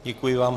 Děkuji vám.